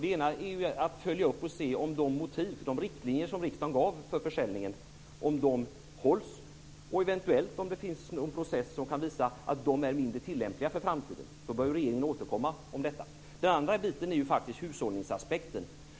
Det ena är att revisorerna ska följa upp att de riktlinjer som riksdagen har givit för försäljningen hålls och eventuellt om det finns en process som kan visa om de är mindre tillämpliga för framtiden. Då bör regeringen återkomma. Det andra motivet är hushållningsaspekten.